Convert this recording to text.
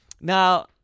Now